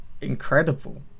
incredible